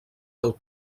del